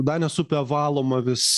danės upė valoma vis